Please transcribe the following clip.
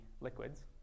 liquids